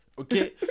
okay